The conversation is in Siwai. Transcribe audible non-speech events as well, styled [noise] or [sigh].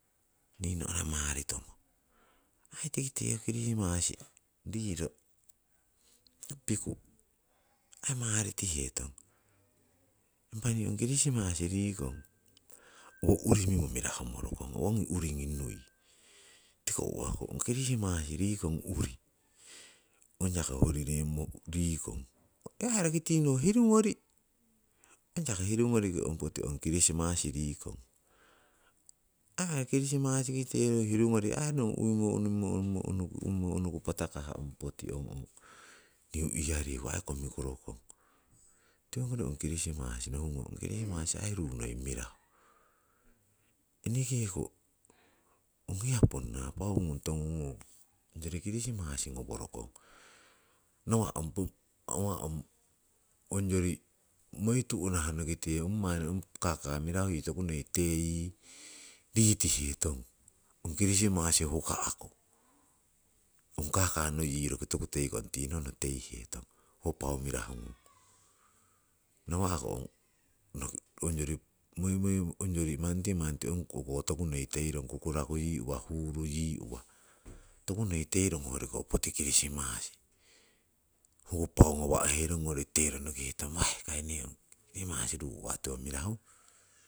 Nii no'ra maritomo, aii tikite ho kirisimasi riro piku aii [noise] maritihetong. Impah nii ong kirisimasi [noise] rikong owo urii mimmo mirahu morokong ongi uringii nui. Tiko uwako ong kirisimasi rikong urii ong yaki urimimmo rikong, oh aii roki tinong hirungori, ong yaki hirungoriki poti kirisimasi rikong, oh aii roki tinong hirugori, hong yaki hirugoriki poti kirisimasi rikong, oh ai roki oh kirisimasi kite roki ohnon hirungori imimo imimo unuku patakah poti ong niu ia riku aii komikorokong. Tiwogori ong kirisimasi nohugnong kirisimasi [noise] aii ruu noi mirahu. Enekeko ong hiya ponnna paau ngung tongungunng hoyori kirisimasi ngoworokong, nawa' ongori moi tu'nahnokite ong manni ong kaka mirahu yii toku noi teyi ritihetong, ong kirisimasi huka'ku, ong kaka noi roki yii toku teikong, tinohno teihetong. Ho paau mirahu [noise] nawa'ko ong onyori moimoi manti manti ong o'ko tokunoi teiron ong kukuraku yii uwa huuru yii toku noi teirong hoyoriko kirisimasi ho paau ngowa'herongori teiro nokihetong weeh kai ne ong kirisimasi uwa mirahu. [noise]